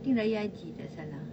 think raya haji tak salah